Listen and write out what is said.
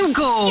go